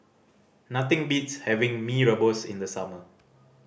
nothing beats having Mee Rebus in the summer